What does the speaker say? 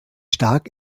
stark